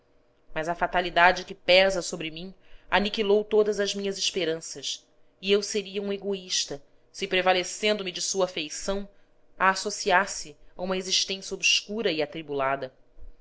mas a fatalidade que pesa sobre mim aniquilou todas as minhas esperanças e eu seria um egoísta se prevalecendo me de sua afeição a associas se a uma existência obscura e atribulada